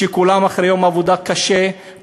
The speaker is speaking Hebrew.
שכולם אחרי יום עבודה קשה,